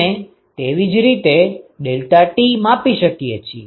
અને તેવી જ રીતે ડેલ્ટા ટી માપી શકાઈ છે